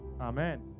Amen